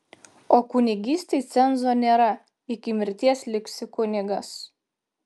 o kunigystei cenzo nėra iki mirties liksi kunigas